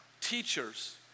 teachers